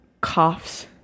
coughs